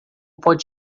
pode